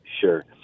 Sure